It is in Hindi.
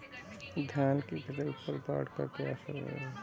धान की फसल पर बाढ़ का क्या असर होगा?